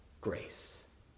grace